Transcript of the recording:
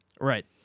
Right